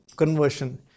conversion